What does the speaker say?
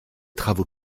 travaux